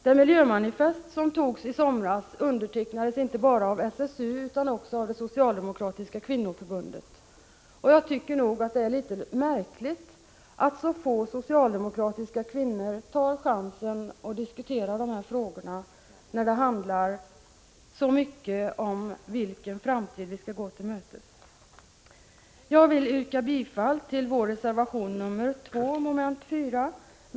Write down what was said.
Det miljömanifest som antogs i somras undertecknades inte bara av SSU utan också av det socialdemokratiska kvinnoförbundet. Jag tycker det är litet märkligt att så få socialdemokratiska kvinnor tar chansen att diskutera dessa frågor, när frågorna i så hög grad handlar om vilken framtid vi skall gå till mötes. Jag vill yrka bifall till min reservation nr 2 angående mom. 4 i utskottets hemställan.